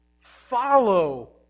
follow